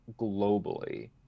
globally